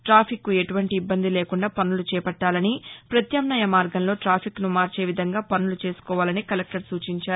ట్రాఫిక్కు ఎటువంటి ఇబ్బంది లేకుండా పనులు చేపట్టాలని ప్రత్యాహ్నాయ మార్గంలో ట్రాఫిక్ను మార్చే విధంగా పనులు చేసుకోవాలని కలెక్టర్ సూచించారు